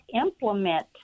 implement